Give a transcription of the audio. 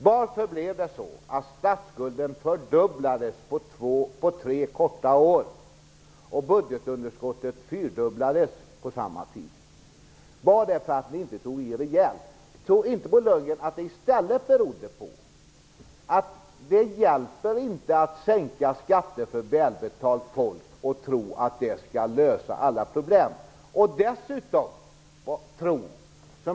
Varför fördubblades statsskulden och fyrdubblades budgetunderskottet på bara tre år? Berodde det på att ni inte tog i rejält? Tror inte Bo Lundgren att det i stället är så att skattesänkningar för välbetalt folk inte löser alla problem?